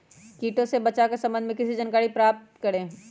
किटो से बचाव के सम्वन्ध में किसी जानकारी प्राप्त करें?